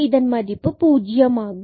இதன் மதிப்பு பூஜ்யம் ஆகும்